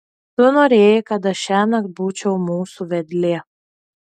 tu norėjai kad aš šiąnakt būčiau mūsų vedlė